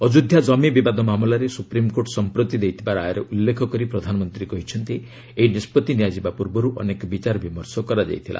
ଅଯୋଧ୍ୟା କମି ବିବାଦ ମାମଲାରେ ସୁପ୍ରିମ୍କୋର୍ଟ ସମ୍ପ୍ରତି ଦେଇଥିବା ରାୟର ଉଲ୍ଲ୍ଲେଖ କରି ପ୍ରଧାନମନ୍ତ୍ରୀ କହିଛନ୍ତି ଏହି ନିଷ୍ପଭି ନିଆଯିବା ପୂର୍ବରୁ ଅନେକ ବିଚାର ବିମର୍ଶ କରାଯାଇଥିଲା